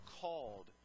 called